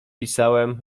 pisałem